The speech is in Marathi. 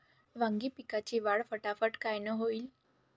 वांगी पिकाची वाढ फटाफट कायनं होईल?